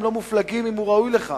הם לא מופלגים אם הוא ראוי לכך,